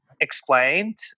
explained